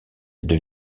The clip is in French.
deux